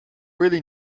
really